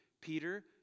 Peter